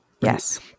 Yes